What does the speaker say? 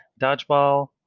Dodgeball